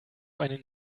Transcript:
einen